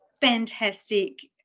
fantastic